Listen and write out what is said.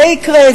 זה יקרה,